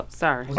sorry